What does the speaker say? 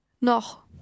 noch